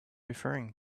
referring